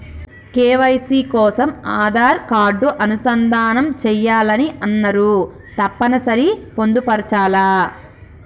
KYC కోసం Aadhaar card అనుసంధానం చేయాలని అన్నరు తప్పని సరి పొందుపరచాలా?